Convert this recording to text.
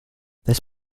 this